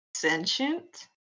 Sentient